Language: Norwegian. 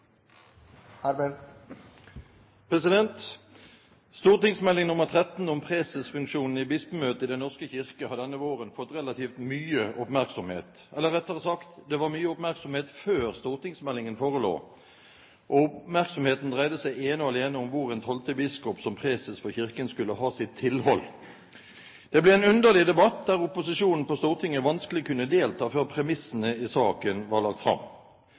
Stortingsmelding nr. 13 om presesfunksjonen i Bispemøtet i Den norske kirke har denne våren fått relativt mye oppmerksomhet, eller rettere sagt: Det var mye oppmerksomhet før stortingsmeldingen forelå, og oppmerksomheten dreide seg ene og alene om hvor en tolvte biskop som preses for Kirken skulle ha sitt tilhold. Det ble en underlig debatt der opposisjonen på Stortinget vanskelig kunne delta før premissene i saken var lagt fram.